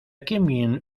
commune